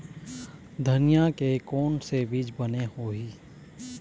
धनिया के कोन से बीज बने होही?